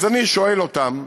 אז אני שואל אותם,